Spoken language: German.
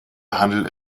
handelt